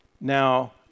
now